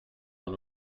d’un